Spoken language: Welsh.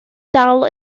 dal